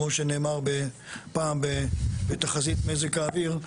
כמו שנאמר פעם בתחזית מזג האוויר,